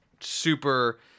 super